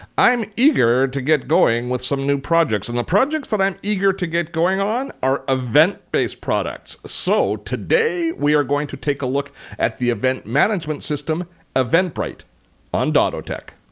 i'm eager to get going with some new projects and the projects that i'm eager to get going on are event-based products. so today we are going to take a look at the event management system eventbrite on dottotech.